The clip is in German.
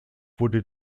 wurde